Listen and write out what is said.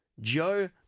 Joe